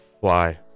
fly